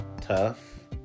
tough